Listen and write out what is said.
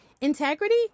Integrity